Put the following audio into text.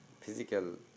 physical